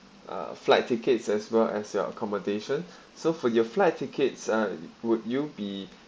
uh flight tickets as well as your accommodation so for your flight tickets uh would you be